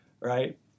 right